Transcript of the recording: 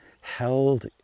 held